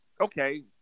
okay